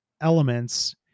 elements